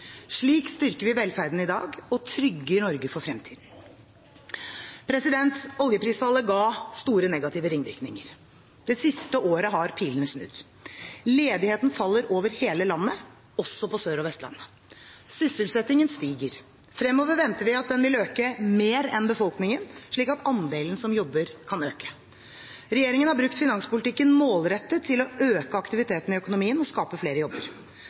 Slik styrker vi velferden i dag og trygger Norge for fremtiden. Oljeprisfallet ga store negative ringvirkninger. Det siste året har pilene snudd: Ledigheten faller over hele landet, også på Sør- og Vestlandet. Sysselsettingen stiger. Fremover venter vi at den vil øke mer enn befolkningen, slik at andelen som jobber, kan øke. Regjeringen har brukt finanspolitikken målrettet til å øke aktiviteten i økonomien og skape flere jobber.